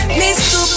mr